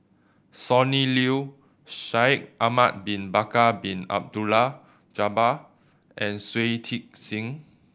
Sonny Liew Shaikh Ahmad Bin Bakar Bin Abdullah Jabbar and Shui Tit Sing